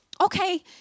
okay